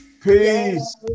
Peace